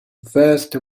first